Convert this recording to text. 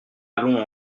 allons